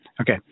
Okay